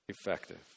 effective